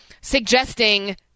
suggesting